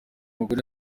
mugore